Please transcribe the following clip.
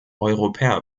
europäer